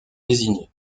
désigné